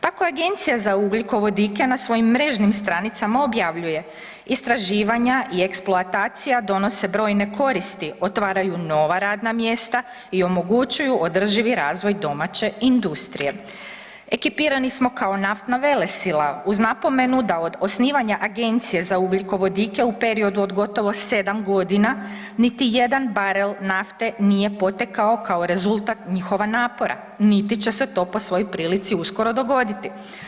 Tako je Agencija za ugljikovodike na svojim mrežnim stranicama objavljuje, Istraživanja i eksploatacija donose brojne koristi, otvaraju nova radna mjesta i omogućuju održivi razvoj domaće industrije, ekipirani smo kao naftna velesila, uz napomenu da od osnivanje Agencije za ugljikovodike u periodu od gotovo 7 godina niti jedan barel nafte nije potekao kao rezultat njihova napora, niti će se to po svoj prilici uskoro dogoditi.